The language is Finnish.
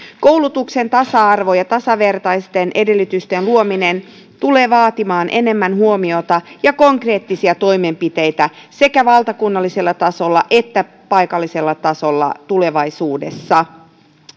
koulutuksen tasa arvo ja tasavertaisten edellytysten luominen tulee vaatimaan enemmän huomiota ja konkreettisia toimenpiteitä sekä valtakunnallisella tasolla että paikallisella tasolla tulevaisuudessa